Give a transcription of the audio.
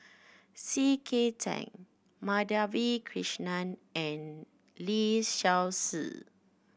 C K Tang Madhavi Krishnan and Lee Seow Ser